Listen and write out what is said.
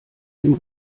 dem